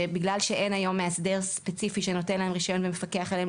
שבגלל שאין היום מאסדר ספציפי שנותן להם רישיון ומפקח עליהם,